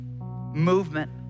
movement